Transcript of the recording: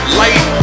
light